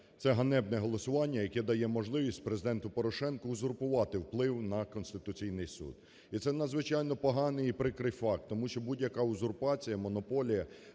Це ганебне голосування, яке дає можливість Президенту Порошенку узурпувати вплив на Конституційний Суд. І це надзвичайно поганий і прикрий факт. Тому що будь-яка узурпація, монополія